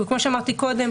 כמו שאמרתי קודם,